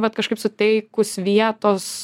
vat kažkaip suteikus vietos